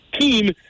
team